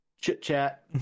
chit-chat